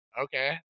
okay